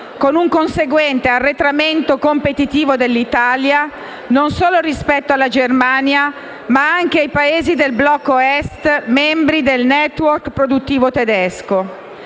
con un conseguente arretramento competitivo dell'Italia, e rispetto non solo alla Germania, ma anche ai Paesi del blocco Est, membri del *network* produttivo tedesco.